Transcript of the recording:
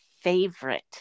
favorite